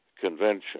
Convention